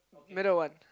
middle one